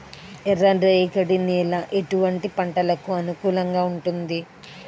ఎర్ర రేగడి నేల ఎటువంటి పంటలకు అనుకూలంగా ఉంటుంది?